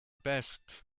best